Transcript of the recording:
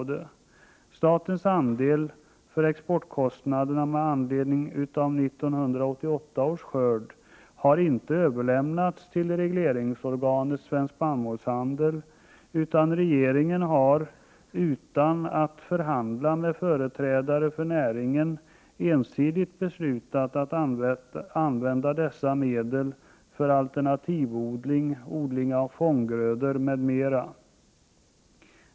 De medel staten avsatt för exportkostnaderna i samband med 1988 års skörd har inte överlämnats till regleringsorganet Svensk spannmålshandel, utan regeringen har — utan att förhandla med företrädare för näringen — ensidigt beslutat att använda dessa medel till alternativodling, odling av fånggrödor m.m.